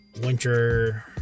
Winter